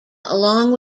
along